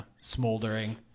smoldering